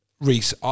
Reese